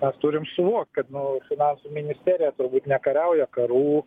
mes turim suvokt kad nu finansų ministerija turbūt nekariauja karų